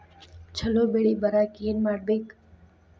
ಛಲೋ ಬೆಳಿ ಬರಾಕ ಏನ್ ಮಾಡ್ಬೇಕ್?